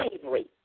slavery